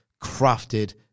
crafted